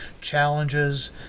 challenges